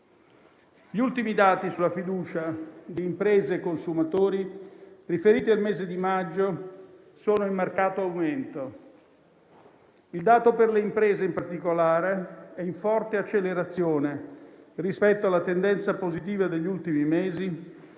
Gli ultimi dati sulla fiducia di imprese e consumatori, riferiti al mese di maggio, sono in marcato aumento. Il dato per le imprese, in particolare, è in forte accelerazione rispetto alla tendenza positiva degli ultimi mesi